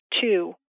two